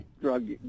drug